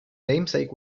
namesake